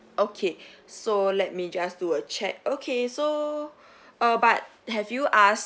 okay so let me just do a check okay so err but have you asked